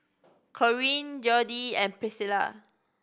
Corene Jodie and Priscila